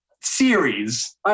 series